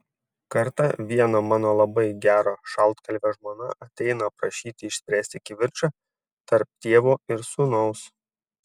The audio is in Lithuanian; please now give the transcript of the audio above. kartą vieno mano labai gero šaltkalvio žmona ateina prašyti išspręsti kivirčą tarp tėvo ir sūnaus